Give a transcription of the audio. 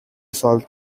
solved